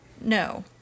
No